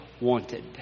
wanted